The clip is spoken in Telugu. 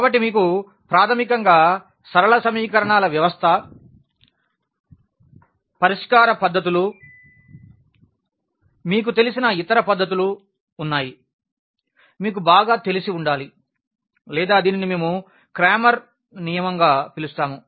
కాబట్టి మీకు ప్రాథమికంగా సరళ సమీకరణాల వ్యవస్థ పరిష్కార పద్ధతులు మీకు తెలిసిన ఇతర పద్ధతులు ఉన్నాయి మీకు బాగా తెలిసి ఉండాలి లేదా దీనిని మేము క్రామెర్ నియమంగా పిలుస్తాము